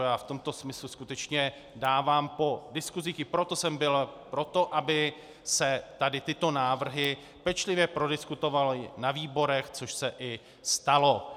Já v tomto smyslu skutečně dávám po diskusi i proto jsem byl pro to, aby se tady tyto návrhy pečlivě prodiskutovaly ve výborech, což se i stalo.